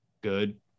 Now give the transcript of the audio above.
good